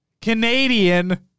Canadian